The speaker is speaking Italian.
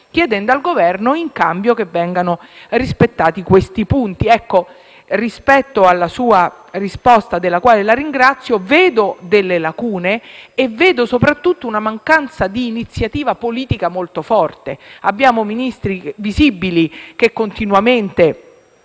chiedendo al Governo in cambio che vengano rispettati questi punti. Rispetto alla sua risposta, signor Sottosegretario, della quale la ringrazio, vedo delle lacune e, soprattutto, una mancanza di iniziativa politica molto forte. Abbiamo Ministri visibili che continuamente,